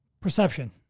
Perception